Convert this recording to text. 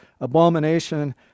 Abomination